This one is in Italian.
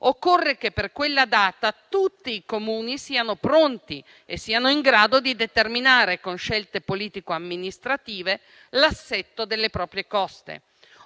occorre che per quella data tutti i Comuni siano pronti e in grado di determinare, con scelte politico-amministrative, l'assetto delle proprie coste.